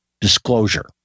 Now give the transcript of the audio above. disclosure